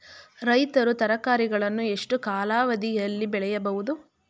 ರೈತರು ತರಕಾರಿಗಳನ್ನು ಎಷ್ಟು ಕಾಲಾವಧಿಯಲ್ಲಿ ಬೆಳೆಯಬಹುದು?